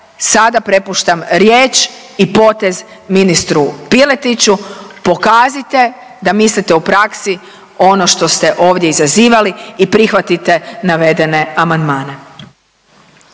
sada prepuštam riječ i potez ministru Piletiću. Pokažite da mislite u praksi ono što ste ovdje izazivali i prihvatite navedene amandmane.